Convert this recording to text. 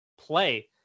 play